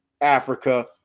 Africa